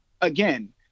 again